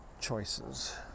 choices